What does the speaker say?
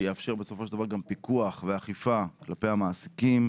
שיאפשר בסופו של דבר גם פיקוח ואכיפה כלפי המעסיקים.